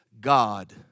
God